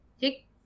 take